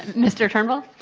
mr. turnbull?